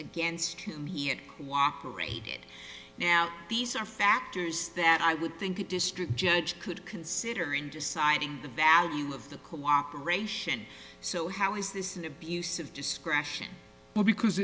against whom he had cooperated now these are factors that i would think a district judge could consider in deciding the value of the cooperation so how is this an abuse of discretion will be